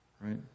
right